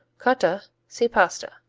cotta see pasta.